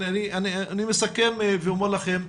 אני מסכם ואומר לכם,